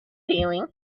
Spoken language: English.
failing